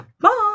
Bye